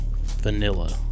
vanilla